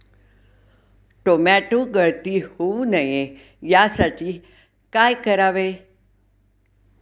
Tomato गळती होऊ नये यासाठी काय करावे?